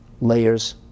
layers